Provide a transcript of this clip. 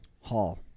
Hall